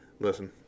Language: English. Listen